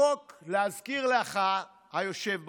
החוק, להזכיר לך, היושב בראש,